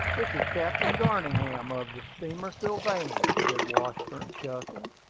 this is captain garningham, of the steamer sylvania, said washburn, chuckling.